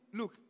look